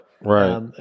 right